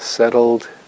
Settled